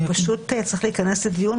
הוא צריך להיכנס לדיון,